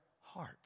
heart